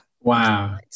wow